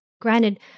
granted